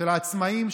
של עצמאים,